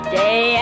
day